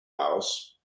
house